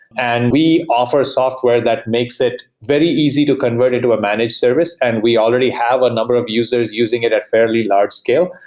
and we offer software that makes it very easy to convert into a managed service and we already have a number of users using it at fairly large scale.